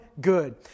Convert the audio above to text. good